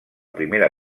primera